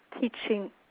teaching